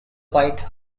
white